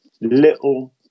little